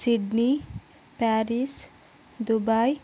Sydney Paris Dubai